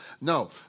No